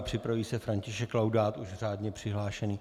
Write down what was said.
Připraví se František Laudát, už řádně přihlášený.